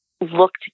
looked